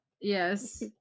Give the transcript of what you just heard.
yes